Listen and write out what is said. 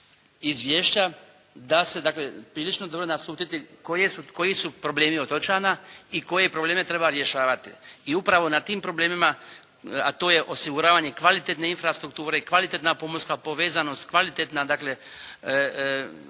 izvješća da se dakle prilično dobro naslutiti koji su problemi otočana i koje probleme treba rješavati. I upravo na tim problemima a to je osiguravanje kvalitetne infrastrukture, kvalitetna pomorska povezanost, kvalitetna dakle,